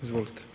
Izvolite.